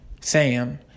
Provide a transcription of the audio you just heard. Sam